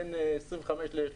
בין 25% ל-33%,